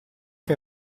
che